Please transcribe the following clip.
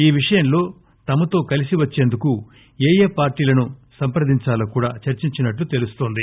ఈ విషయంలో తమతో కలిసి వచ్చేందుకు ఏయే పార్టీలను సంప్రదించాలో కూడా చర్చించినట్లు తెలుస్తోంది